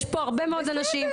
יש פה הרבה מאוד אנשים.